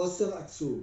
חוסר עצום.